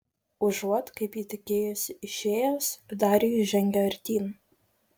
užuot kaip ji tikėjosi išėjęs darijus žengė artyn